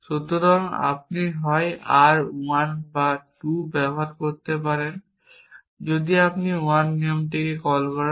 সুতরাং আপনি হয় r 1 বা 2 ব্যবহার করতে পারেন যদি আপনি 1 নিয়মকে কল করেন